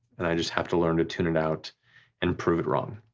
and i just have to learn to tune it out and prove it wrong.